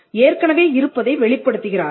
ஏற்கனவே இருப்பதை வெளிப்படுத்துகிறார்கள்